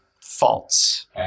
False